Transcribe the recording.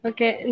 Okay